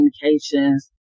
communications